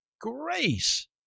grace